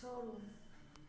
छोड़ू